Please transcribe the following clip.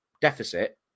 deficit